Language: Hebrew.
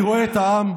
אני רואה את העם,